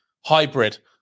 hybrid